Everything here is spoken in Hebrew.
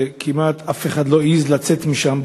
כשכמעט אף אחד לא העז לצאת משם,